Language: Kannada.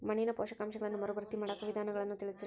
ಮಣ್ಣಿನ ಪೋಷಕಾಂಶಗಳನ್ನ ಮರುಭರ್ತಿ ಮಾಡಾಕ ವಿಧಾನಗಳನ್ನ ತಿಳಸ್ರಿ